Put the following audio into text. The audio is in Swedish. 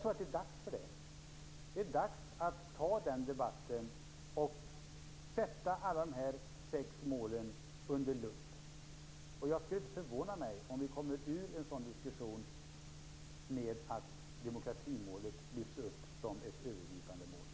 Jag tror att det är dags att ta den debatten och sätta alla de sex målen under lupp. Det skulle inte förvåna mig om vi kommer ur en sådan diskussion med att demokratimålet lyfts upp som ett övergripande mål.